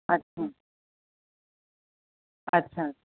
अच्छा अच्छा